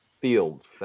fields